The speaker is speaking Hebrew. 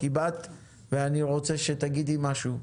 כי באת ואני רוצה שתגידי משהו.